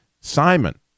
simon